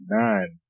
nine